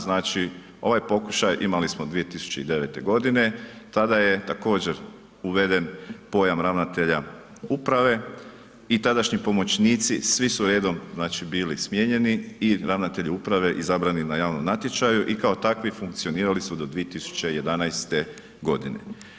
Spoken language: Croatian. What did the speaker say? Znači ovaj pokušaj imali smo 2009. godine, tada je također uveden pojam ravnatelja uprave i tadašnji pomoćnici svi su redom znači bili smijenjeni i ravnatelji uprave izabrani na javnom natječaju i kao takvi funkcionirali su do 2011. godine.